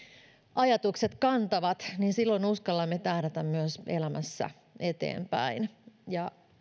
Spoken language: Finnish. ajatukset kantavat silloin uskallamme myös tähdätä elämässä eteenpäin